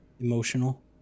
emotional